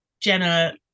Jenna